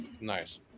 Nice